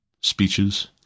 speeches